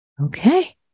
Okay